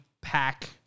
pack